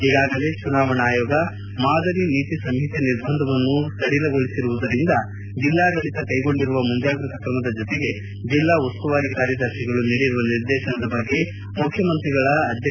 ಈಗಾಗಲೇ ಚುನಾವಣಾ ಆಯೋಗ ಮಾದರಿ ನೀತಿ ಸಂಹಿತೆ ನಿರ್ಬಂಧವನ್ನು ಸಡಿಲಗೊಳಿಸಿರುವುದರಿಂದ ಜಿಲ್ಲಾಡಳಿತ ಕೈಗೊಂಡಿರುವ ಮುಂಜಾಗ್ರತಾ ಕ್ರಮದ ಜೊತೆಗೆ ಜಿಲ್ಲಾ ಉಸ್ತುವಾರಿ ಕಾರ್ಯದರ್ಶಿಗಳು ನೀಡಿರುವ ನಿರ್ದೇಶನದ ಬಗ್ಗೆ ಮುಖ್ಯಮಂತ್ರಿಯ ಅಧ್ಯಕ್ಷತೆಯಲ್ಲಿ ಪರಾಮರ್ತೆ ನಡೆಯಲಿದೆ